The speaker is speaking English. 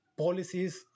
policies